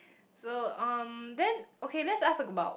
so um then okay let's ask about